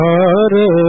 Hare